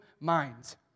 minds